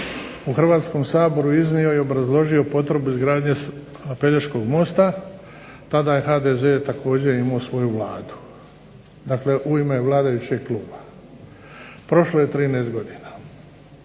u Hrvatskom saboru iznio i obrazložio potrebu izgradnje Pelješkog mosta, tada je HDZ također imao svoju Vladu, dakle u ime vladajućeg Kluba, prošlo je 13 godina.